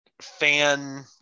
fan